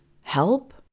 help